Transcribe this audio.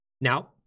Now